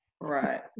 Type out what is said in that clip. right